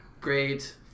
great